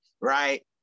right